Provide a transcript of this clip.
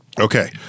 Okay